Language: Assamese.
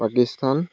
পাকিস্তান